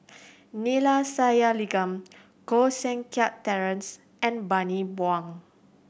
Neila Sathyalingam Koh Seng Kiat Terence and Bani Buang